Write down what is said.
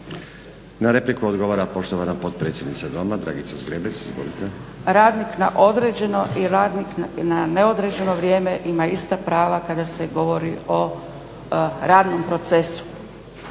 Na repliku odgovara poštovana potpredsjednica Doma, Dragica Zgrebec, izvolite. **Zgrebec, Dragica (SDP)** Radnik na određeno i radnik na neodređeno vrijeme ima ista prava kada se govori o radnom procesu.